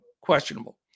questionable